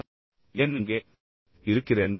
நான் ஏன் இங்கே இருக்கிறேன்